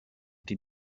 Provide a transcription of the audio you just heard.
die